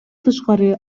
тышкары